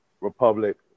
republic